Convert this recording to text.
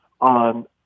on